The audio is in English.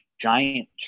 giant